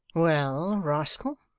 well, rascal?